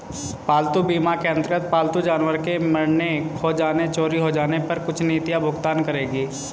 पालतू बीमा के अंतर्गत पालतू जानवर के मरने, खो जाने, चोरी हो जाने पर कुछ नीतियां भुगतान करेंगी